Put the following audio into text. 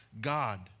God